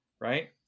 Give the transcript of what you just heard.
right